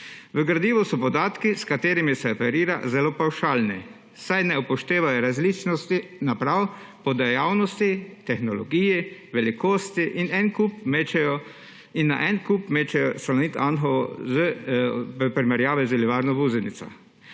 V gradivu so podatki, s katerimi se operira, zelo pavšalni, saj ne upoštevajo različnosti naprav po dejavnosti, tehnologiji, velikosti in na en kup mečejo Salonit Anhovo v primerjavi z Livarno Vuzenica.